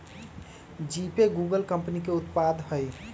GPay Google company के उत्पाद हइ